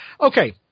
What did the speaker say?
okay